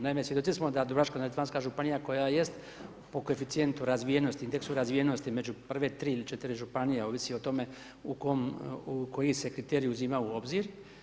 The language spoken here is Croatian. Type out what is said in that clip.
Naime, svjedoci smo da Dubrovačko-neretvanska županija koja jest po koeficijentu razvijenosti, indeksu razvijenosti među prve tri ili četiri županije ovisi o tome u koji se kriterij uzima u obzir.